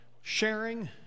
sharing